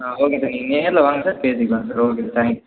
ஆ okay sir நீங்கள் நேரில் வாங்க சார் பேசிக்கலாம் sir okay sir thank you